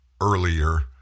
earlier